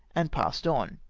and passed on.